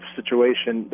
situation